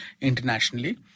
internationally